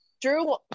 Drew